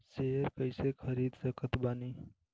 Share कइसे खरीद सकत बानी?